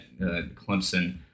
Clemson